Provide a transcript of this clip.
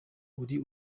uri